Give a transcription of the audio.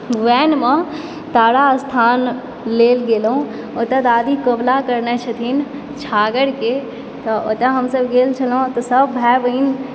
वैनमऽ तारा स्थान लेल गेलहुँ ओतय दादी कोबला करने छथिन छागरके तऽ ओतय हमसभ गेल छलहुँ तऽ सभ भाय बहिन